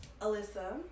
Alyssa